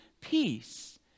peace